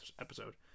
episode